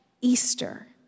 Easter